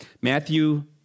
Matthew